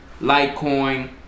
Litecoin